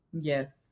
Yes